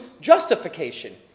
justification